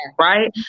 Right